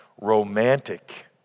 romantic